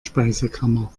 speisekammer